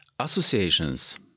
Associations